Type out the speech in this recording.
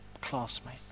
classmate